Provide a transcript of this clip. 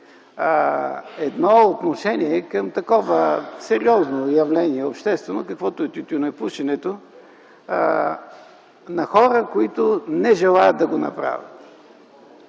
едно отношение към такова сериозно обществено явление, каквото е тютюнопушенето на хора, които не желаят да го направят.